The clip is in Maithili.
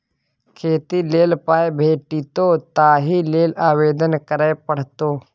खेती लेल पाय भेटितौ ताहि लेल आवेदन करय पड़तौ